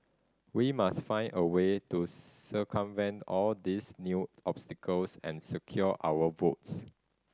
we must find a way to circumvent all these new obstacles and secure our votes